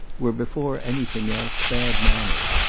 were before anything else bad manners,